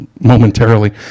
momentarily